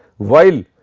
while,